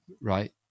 right